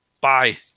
Bye